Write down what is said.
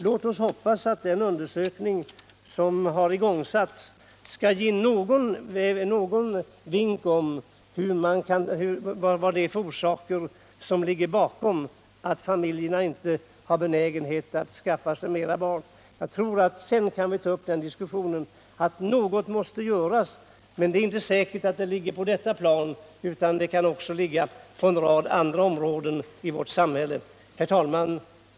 Låt oss hoppas att den utredning som har igångsatts skall ge någon vink om vad det är för orsaker som ligger bakom att familjerna inte har benägenhet att skaffa fler barn. Jag tror att vi sedan kan ta upp denna diskussion. Att något måste göras är klart, men det är inte säkert att det skall göras på detta plan utan kanske på en rad andra områden i vårt samhälle. Herr talman!